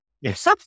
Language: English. Yes